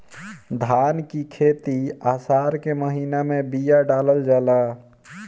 धान की खेती आसार के महीना में बिया डालल जाला?